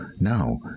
Now